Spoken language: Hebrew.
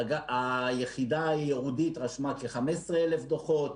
נפגעה היחידה הייעודית רשמה כ-15,000 דוחות,